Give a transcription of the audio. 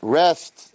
rest